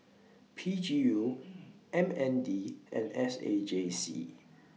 P G U M N D and S A J C